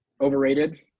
overrated